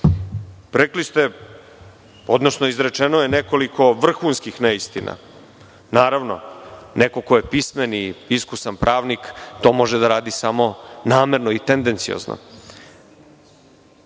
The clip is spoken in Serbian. kritikujete. Izrečeno je nekoliko vrhunskih neistina. Naravno, neko ko je pismen i iskusan pravnik, to može da radi samo namerno i tendenciozno.